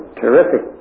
terrific